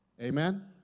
Amen